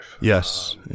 Yes